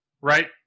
right